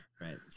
right